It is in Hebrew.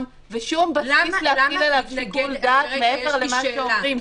ושום בסיס להטיל עליו שיקול דעת מעבר למה שאומרים.